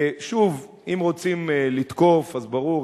שוב, אם רוצים לתקוף, אז ברור.